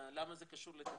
למה זה קשור לתקציב?